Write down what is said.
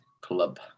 Club